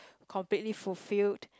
completely fulfill